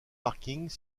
parkings